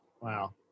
Wow